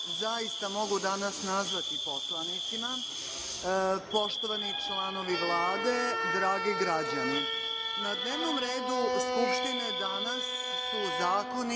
zaista mogu danas nazvati poslanicima, poštovani članovi Vlade, dragi građani, na dnevnom redu Skupštine danas su zakoni